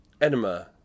Enema